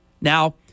now